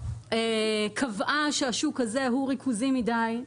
קבעה שהשוק הזה ריכוזי מדיי,